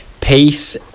peace